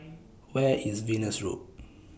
Where IS Venus Road